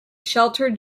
sheltered